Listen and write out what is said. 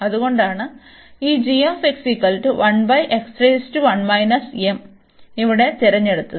അതുകൊണ്ടാണ് ഈ ഇവിടെ തിരഞ്ഞെടുത്തത്